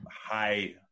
high